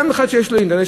גם אחד שיש לו אינטרנט,